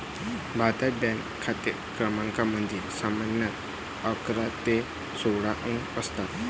भारतात, बँक खाते क्रमांकामध्ये सामान्यतः अकरा ते सोळा अंक असतात